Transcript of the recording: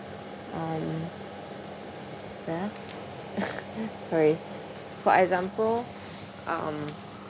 um wait ah sorry for example um